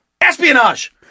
espionage